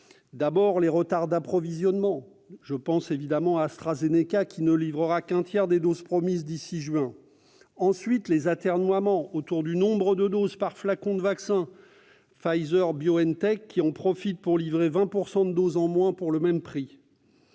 d'abord, les retards d'approvisionnement : je pense évidemment à AstraZeneca, qui ne livrera qu'un tiers des doses promises d'ici à juin. Ensuite, les atermoiements autour du nombre de doses par flacon de vaccin : Pfizer et BioNTech en profitent pour livrer 20 % de doses en moins pour le même prix.